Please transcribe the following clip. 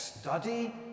study